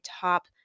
top